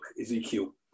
Ezekiel